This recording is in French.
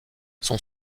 son